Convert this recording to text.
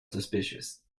suspicious